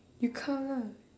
you count lah